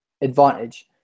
advantage